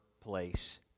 place